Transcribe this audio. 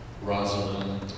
Rosalind